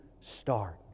start